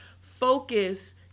Focus